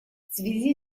связи